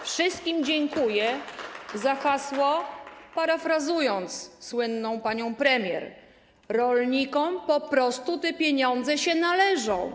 Wszystkim dziękuję za hasło, parafrazując słynną panią premier: rolnikom po prostu te pieniądze się należą.